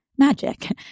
Magic